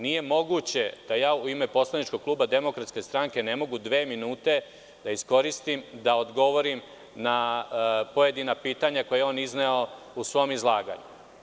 Nije moguće da ja u ime poslaničkog kluba DS ne mogu dva minuta da iskoristim da odgovorim na pojedina pitanja, koja je on izneo u svom izlaganju.